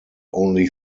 only